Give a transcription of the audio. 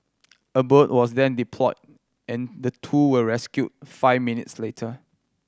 a boat was then deployed and the two were rescued five minutes later